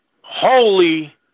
Holy